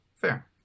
Fair